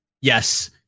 yes